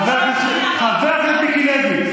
חבר הכנסת מיקי לוי.